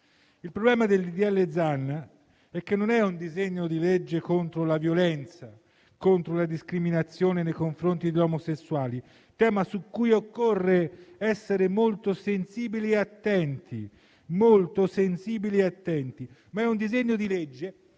Il problema del disegno di legge Zan è che non è un provvedimento contro la violenza e contro la discriminazione nei confronti degli omosessuali - tema su cui occorre essere molto sensibili e attenti - ma è un disegno di legge